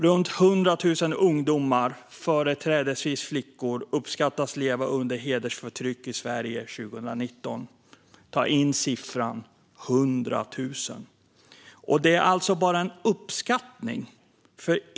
Runt 100 000 ungdomar, företrädesvis flickor, uppskattas leva under hedersförtryck i Sverige 2019. Ta in siffran 100 000! Detta är alltså bara en uppskattning.